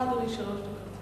אמנון כהן,